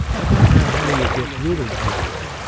i don't know how you get rid of greed,